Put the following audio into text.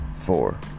Four